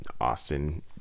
Austin